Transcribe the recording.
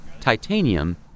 titanium